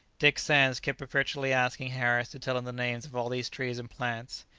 dick sands kept perpetually asking harris to tell him the names of all these trees and plants.